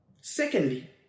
Secondly